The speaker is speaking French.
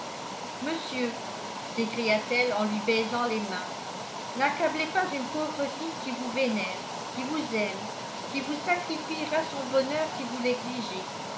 monsieur s'écria-t-elle en lui baisant les mains n'accablez pas une pauvre fille qui vous vénère qui vous aime qui vous sacrifiera son bonheur si vous l'exigez